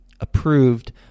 approved